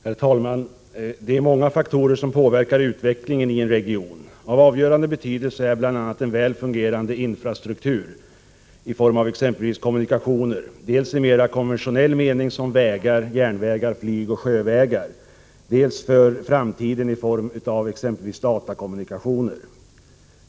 Herr talman! Det är många faktorer som påverkar utvecklingen i en region. Av avgörande betydelse är bl.a. en väl fungerande infrastruktur i form av exempelvis kommunikationer, dels i mera konventionell mening såsom vägar, järnvägar, flyg och sjövägar, dels för framtiden i form av sådant som datakommunikationer.